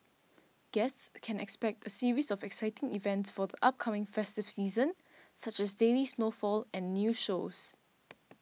guests can expect a series of exciting events for the upcoming festive season such as daily snowfall and new shows